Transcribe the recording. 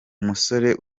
umusore